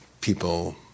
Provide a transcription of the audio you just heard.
people